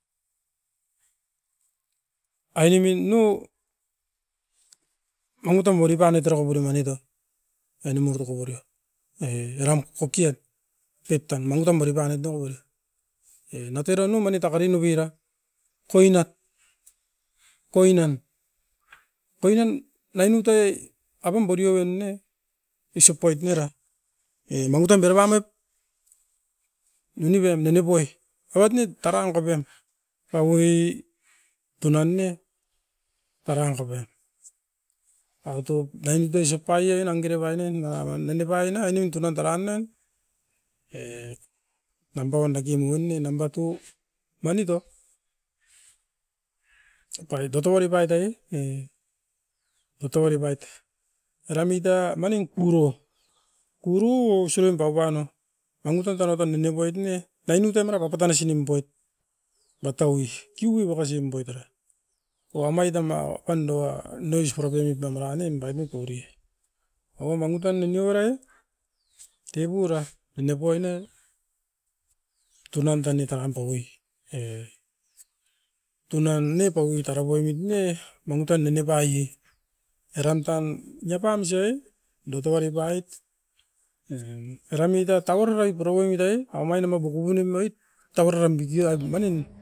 Ainemin no, mangu tan bori panoit era koporio mani to, ainimo tera koporio e eram kokiat pep tan mangu tan bori panoit nakou e. E nato era no mani takori novin era koinat, koinan. Koinan nai nuit ai apam borio uan ne, isop poit nera. E mangu tan vera baniot noniven nini bu'ai abat neo taran kopen paui tunan ne taran kopen. Magutop dainito isop pai'en angere bainen mara uan nene paina ainim tunan taran nen, e namba wan daki mun ne, namba tu, manit o apai totouari paita i, e totouari pait. Era muit a manin kuro, kuru o isovim paup pano mangu tan tana tan nene poit ne, dainut e mara papata nasi nimpoit, matau i. Kiuvi bakasin poit era, o amaitam a opan dua nois pura poimit na mara nen bainop ori. Awa mangu tan nini warai e tepu ra nini poi'ne, tunan tan i taran pau'oi a, e tunan ne paui tara poimit ne mangu tan nene pai e, eram tan ne pam isoi dotovari pait e era muit a tauara rai pura oimit ta e omain ama bukubu nim'noit tauara ram bikiorai, manin.